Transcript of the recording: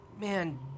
Man